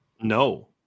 No